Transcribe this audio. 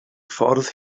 ffordd